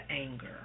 anger